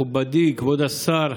מכובדי כבוד השר,